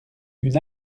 une